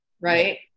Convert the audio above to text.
right